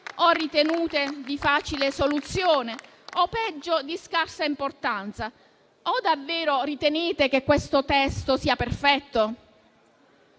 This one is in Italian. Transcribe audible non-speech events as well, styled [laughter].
o ritenute di facile soluzione o, peggio, di scarsa importanza. [applause] Davvero ritenete che questo testo sia perfetto?